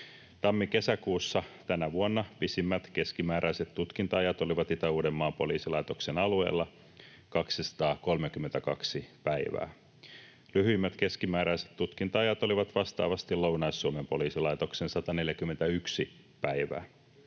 Tammi—kesäkuussa tänä vuonna pisimmät keskimääräiset tutkinta-ajat olivat Itä-Uudenmaan poliisilaitoksen alueella 232 päivää. Lyhyimmät keskimääräiset tutkinta-ajat olivat vastaavasti Lounais-Suomen poliisilaitoksen 141 päivää.